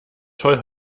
toll